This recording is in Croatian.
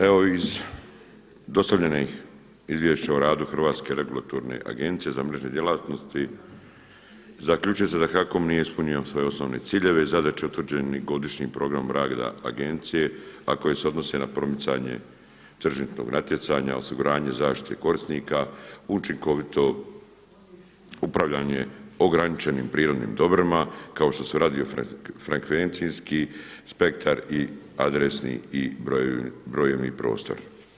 Evo iz dostavljenih izvješća o radu Hrvatske regulatorne agencije za mrežne djelatnosti zaključio sam da HAKOM nije ispunio svoje osnovne ciljeve i zadaće utvrđene godišnjim programom rada Agencije a koje se odnose na promicanje tržišnog natjecanja, osiguranje, zaštitu i korisnika, učinkovito upravljanje ograničenim prirodnim dobrima, kao što su radiofrekfenkcijski spektar i adresni i brojevni prostor.